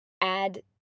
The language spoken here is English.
add